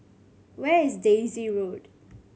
where is Daisy Road